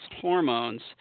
hormones